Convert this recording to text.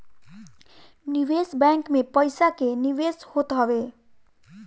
निवेश बैंक में पईसा के निवेश होत हवे